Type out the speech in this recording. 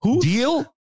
Deal